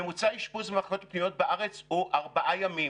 ממוצע אשפוז במחלקות הפנימיות בארץ הוא ארבעה ימים.